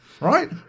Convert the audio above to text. right